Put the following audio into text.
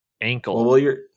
ankle